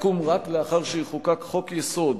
תקום רק לאחר שיחוקק חוק-יסוד